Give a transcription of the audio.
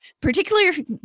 particularly